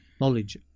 knowledge